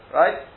right